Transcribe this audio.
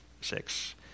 six